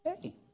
hey